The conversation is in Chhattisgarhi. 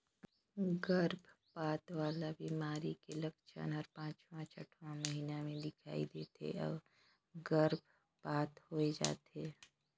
गरभपात वाला बेमारी के लक्छन हर पांचवां छठवां महीना में दिखई दे थे अउ गर्भपात होय जाथे